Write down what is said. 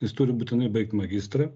jis turi būtinai baigt magistrą